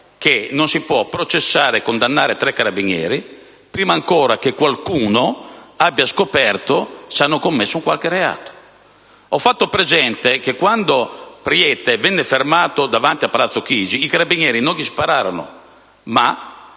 che non si possono processare e condannare tre carabinieri prima ancora che qualcuno abbia scoperto se hanno commesso un qualche reato. Ho fatto presente che, quando Preiti venne fermato davanti a Palazzo Chigi, i carabinieri non gli spararono, ma